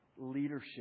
leadership